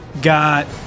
got